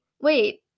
Wait